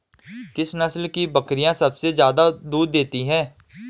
किस नस्ल की बकरीयां सबसे ज्यादा दूध देती हैं?